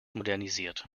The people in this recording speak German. modernisiert